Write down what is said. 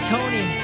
Tony